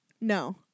No